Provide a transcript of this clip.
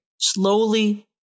slowly